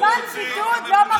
בזמן בידוד לא מפריעים לבידוד.